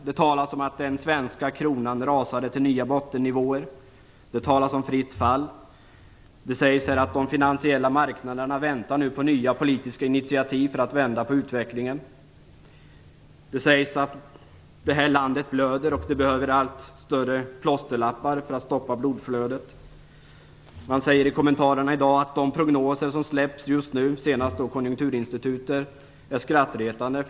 Det talas om att den svenska kronan har rasat till nya bottennivåer. Det talas om fritt fall. Det sägs att de finansiella marknaderna nu väntar på nya politiska initiativ för att vända på utvecklingen. Det sägs att det här landet blöder och att det behövs allt större plåsterlappar för att stoppa blodflödet. Man säger i kommentarerna i dag att de prognoser som släpps nu, senast av Konjunkturinstitutet, är skrattretande.